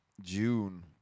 June